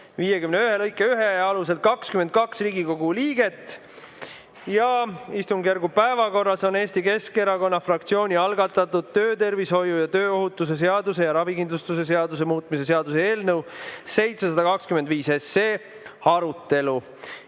51 lõike 1 alusel 22 Riigikogu liiget. Istungjärgu päevakorras on Eesti Keskerakonna fraktsiooni algatatud töötervishoiu ja tööohutuse seaduse ning ravikindlustuse seaduse muutmise seaduse eelnõu 725 arutelu. Enne